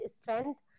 strength